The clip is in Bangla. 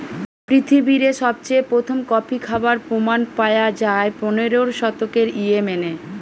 পৃথিবীরে সবচেয়ে প্রথম কফি খাবার প্রমাণ পায়া যায় পনেরোর শতকে ইয়েমেনে